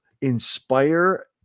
inspire